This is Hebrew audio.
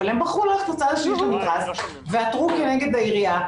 אבל הם בחרו ללכת לצד השני של המתרס ועתרו כנגד העירייה.